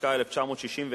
התשכ"א 1961,